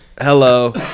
Hello